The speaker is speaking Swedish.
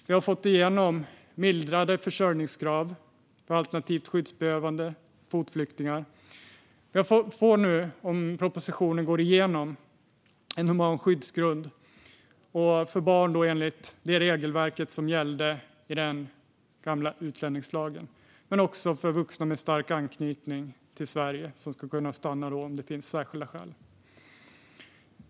Vi har fått igenom mildrade försörjningskrav för alternativt skyddsbehövande och kvotflyktingar. Om propositionen går igenom får vi en human skyddsgrund, för barn enligt det regelverk som gällde i den gamla utlänningslagen och för vuxna med stark anknytning till Sverige så att de ska kunna stanna om det finns särskilda skäl.